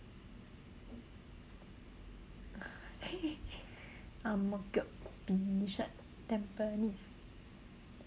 ang-mo-kio bishan tampines